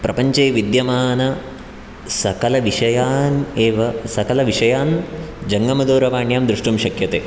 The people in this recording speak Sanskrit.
प्रपञ्चे विद्यमानसकलविषयान् एव सकलविषयान् जङ्गमदूरवाण्यां द्रष्टुं शक्यते